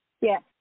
Yes